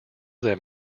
them